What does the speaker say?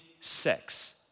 sex